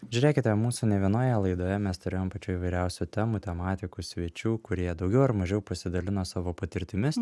žiūrėkite mūsų ne vienoje laidoje mes turėjom pačių įvairiausių temų tematikų svečių kurie daugiau ar mažiau pasidalino savo patirtimis